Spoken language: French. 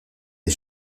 des